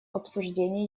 обсуждении